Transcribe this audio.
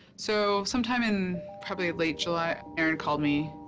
so sometime in probably late july aaron called me